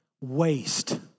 waste